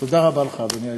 תודה רבה לך, אדוני היושב-ראש.